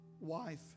wife